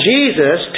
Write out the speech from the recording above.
Jesus